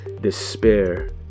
despair